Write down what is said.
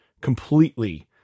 completely